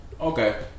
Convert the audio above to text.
Okay